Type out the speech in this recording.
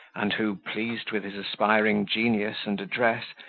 and who, pleased with his aspiring genius and address,